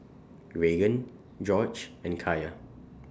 Raegan Gorge and Kaya